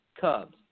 Cubs